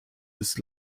des